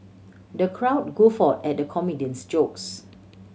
the crowd guffaw at the comedian's jokes